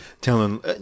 telling